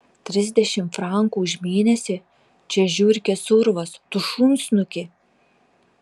trisdešimt frankų už mėnesį čia žiurkės urvas tu šunsnuki